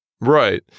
right